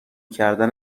کردن